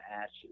ashes